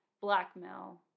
blackmail